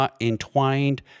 entwined